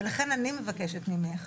לכן אני מבקשת ממך